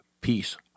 peace